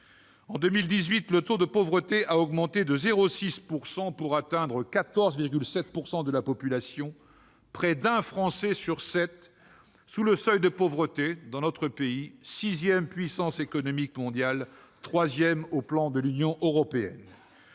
En 2018, le taux de pauvreté a augmenté de 0,6 % pour atteindre 14,7 % de la population ; près d'une personne sur sept vit sous le seuil de pauvreté dans notre pays, la sixième puissance économique mondiale, la troisième sur le plan de l'Union européenne.